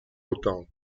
autant